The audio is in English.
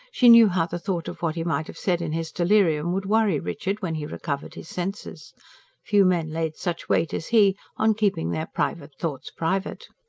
she knew how the thought of what he might have said in his delirium would worry richard, when he recovered his senses few men laid such weight as he on keeping their private thoughts private.